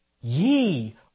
ye